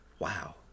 Wow